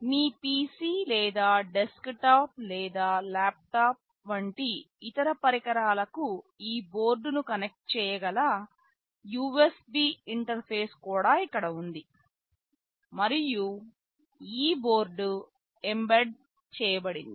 మీ PC లేదా desktop లేదా laptop వంటి ఇతర పరికరాలకు ఈ బోర్డ్ను కనెక్ట్ చేయగల USB ఇంటర్ఫేస్ కూడా ఇక్కడ ఉంది మరియు ఈ బోర్డు ఎంబెడె చేయబడింది